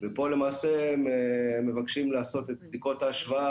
ופה למעשה הם מבקשים לעשות את בדיקות ההשוואה